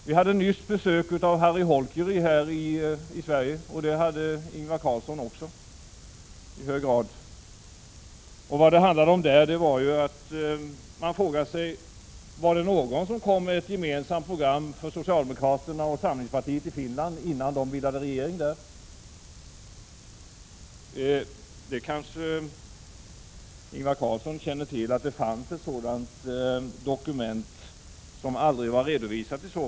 Vi hade nyss besök här i Sverige av Harri Holkeri. Även Ingvar Carlsson träffade honom. Man kan fråga sig om det var någon som kom med ett gemensamt program för socialdemokraterna och samlingspartiet i Finland innan de bildade regering. Ingvar Carlsson kanske känner till om det fanns ett sådant dokument, vilket i så fall aldrig har redovisats.